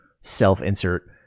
self-insert